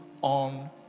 on